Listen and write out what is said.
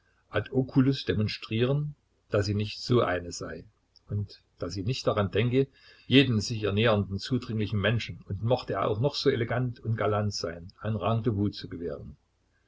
ad oculos demonstrieren daß sie nicht so eine sei und daß sie nicht daran denke jedem sich ihr nähernden zudringlichen menschen und mochte er auch noch so elegant und galant sein ein rendezvous zu gewähren